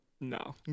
no